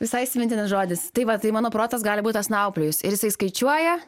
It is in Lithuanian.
visai įsimintinas žodis tai va tai mano protas gali būt nauplijus ir jisai skaičiuoja